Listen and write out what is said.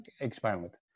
experiment